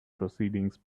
proceedings